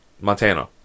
Montana